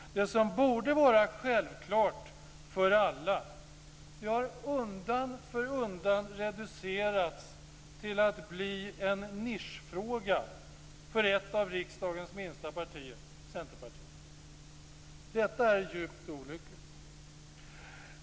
Det som borde vara självklart för alla har undan för undan reducerats till att bli en nischfråga för ett av riksdagens minsta partier - Centerpartiet. Detta är djupt olyckligt.